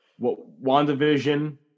WandaVision